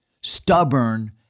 stubborn